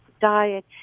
diet